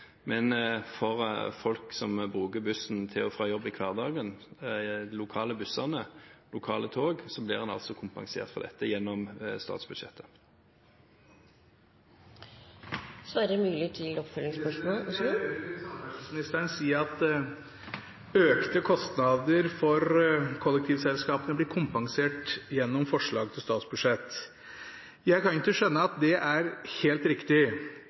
Men folk som bruker lokale busser og lokale tog til og fra jobb i hverdagen, blir altså kompensert for dette gjennom statsbudsjettet. Jeg hører samferdselsministeren si at økte kostnader for kollektivselskapene blir kompensert gjennom forslag til statsbudsjett. Jeg kan ikke skjønne at det er helt riktig.